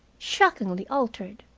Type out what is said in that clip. shockingly altered.